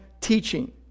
teaching